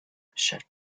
shut